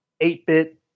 eight-bit